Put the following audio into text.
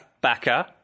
backer